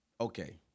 Okay